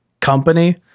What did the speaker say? company